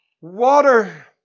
water